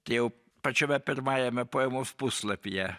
tai jau pačiame pirmajame poemos puslapyje